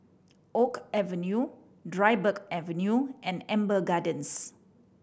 Oak Avenue Dryburgh Avenue and Amber Gardens